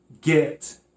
get